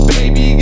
Baby